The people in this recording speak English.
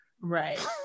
Right